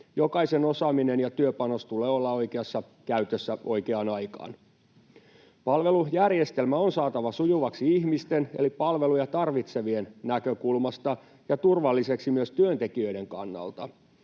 Jokaisen osaamisen ja työpanoksen tulee olla oikeassa käytössä oikeaan aikaan. Palvelujärjestelmä on saatava sujuvaksi ihmisten eli palveluja tarvitsevien näkökulmasta ja turvalliseksi myös työntekijöiden kannalta.